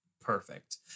perfect